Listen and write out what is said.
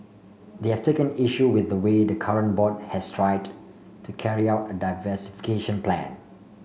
they have taken issue with the way the current board has tried to carry out a diversification plan